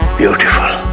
beautiful.